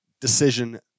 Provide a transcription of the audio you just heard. decision